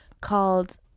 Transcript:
called